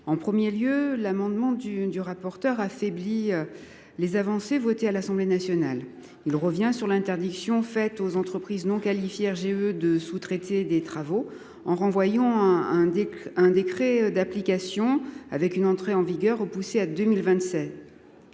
d’abord, l’amendement du rapporteur affaiblit les avancées votées à l’Assemblée nationale. Il revient sur l’interdiction faite aux entreprises non qualifiées RGE de sous traiter des travaux, en renvoyant à un décret d’application et en repoussant l’entrée en vigueur de la